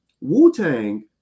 Wu-Tang